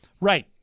Right